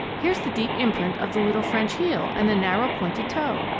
here's the deep imprint of the little french heel, and the narrow, pointed toe.